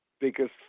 biggest